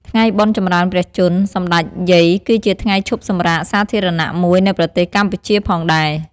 ថ្ងៃបុណ្យចម្រើនព្រះជន្ម សម្តេចយាយគឺជាថ្ងៃឈប់សម្រាកសាធារណៈមួយនៅប្រទេសកម្ពុជាផងដែរ។